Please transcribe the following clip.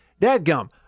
Dadgum